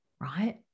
right